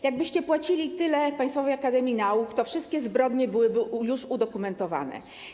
Jakbyście płacili tyle Państwowej Akademii Nauk, to wszystkie zbrodnie byłyby już udokumentowane.